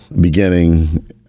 beginning